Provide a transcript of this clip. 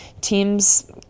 teams